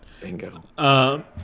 Bingo